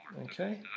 Okay